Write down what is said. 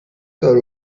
sobre